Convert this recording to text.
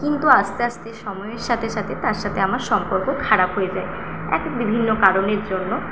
কিন্তু আস্তে আস্তে সময়ের সাথে সাথে তার সাথে আমার সম্পর্ক খারাপ হয়ে যায় এক বিভিন্ন কারণের জন্য